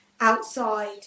outside